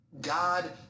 God